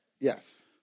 Yes